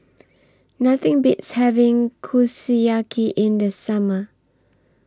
Nothing Beats having Kushiyaki in The Summer